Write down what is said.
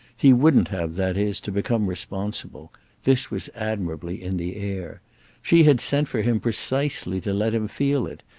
he wouldn't have, that is, to become responsible this was admirably in the air she had sent for him precisely to let him feel it,